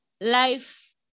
life